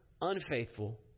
unfaithful